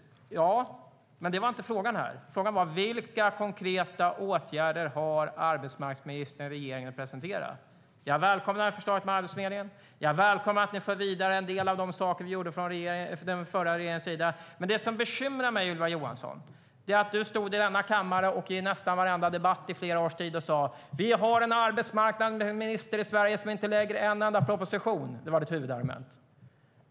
Ja, men det var inte frågan här. Frågan var vilka konkreta åtgärder arbetsmarknadsministern och regeringen har presenterat. Jag välkomnar förslaget om Arbetsförmedlingen, och jag välkomnar att ni för vidare en del av de saker vi gjorde från den förra regeringens sida. Det som bekymrar mig, Ylva Johansson, är att du stod i denna kammare i nästan varenda debatt under flera års tid och sa att vi hade en arbetsmarknadsminister i Sverige som inte lade fram en enda proposition. Det var ditt huvudargument.